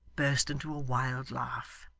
burst into a wild laugh.